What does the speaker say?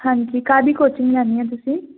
ਹਾਂਜੀ ਕਾਹਦੀ ਕੋਚਿੰਗ ਲੈਣੀ ਆ ਤੁਸੀਂ